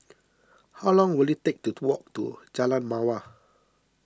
how long will it take to walk to Jalan Mawar